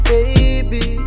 Baby